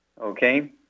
okay